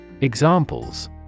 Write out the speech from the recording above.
Examples